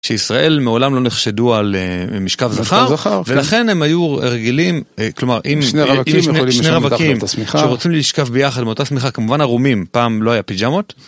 שישראל מעולם לא נחשדו על משכב זכר, ולכן הם היו רגילים, כלומר, אם יש שני רווקים שרוצים לשכב ביחד מאותה שמיכה, כמובן ערומים, פעם לא היה פיג'מות.